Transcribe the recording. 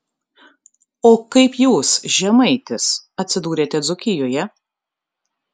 o kaip jūs žemaitis atsidūrėte dzūkijoje